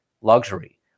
luxury